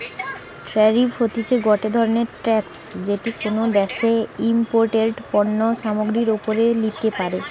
tariff হতিছে গটে ধরণের ট্যাক্স যেটি কোনো দ্যাশে ইমপোর্টেড পণ্য সামগ্রীর ওপরে লিতে পারে